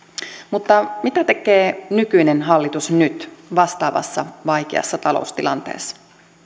mutta mitä tekee nykyinen hallitus nyt vastaavassa vaikeassa taloustilanteessa